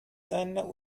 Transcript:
seiner